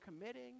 committing